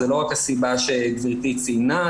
זה לא רק הסיבה שגברתי ציינה,